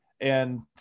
and-